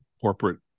corporate